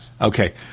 okay